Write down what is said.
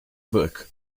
book